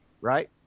right